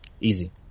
easy